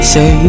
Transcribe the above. Say